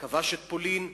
כבש את פולין,